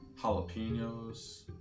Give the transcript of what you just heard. jalapenos